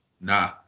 nah